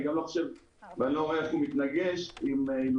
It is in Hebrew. אני גם לא רואה איך הוא מתנגש עם האילוצים